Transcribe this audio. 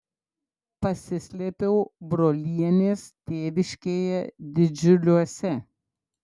pasislėpiau brolienės tėviškėje didžiuliuose